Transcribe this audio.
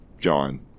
John